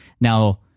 Now